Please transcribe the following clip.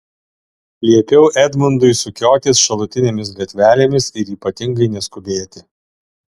liepiau edmundui sukiotis šalutinėmis gatvelėmis ir ypatingai neskubėti